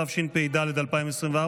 התשפ"ד 2024,